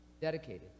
dedicated